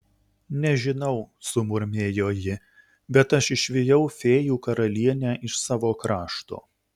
nežinau sumurmėjo ji bet aš išvijau fėjų karalienę iš savo krašto